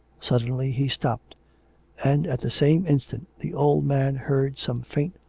suddenly he stopped and at the same instant the old man heard some faint,